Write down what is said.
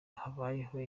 habayeho